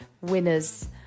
winners